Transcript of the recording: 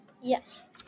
yes